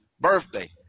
birthday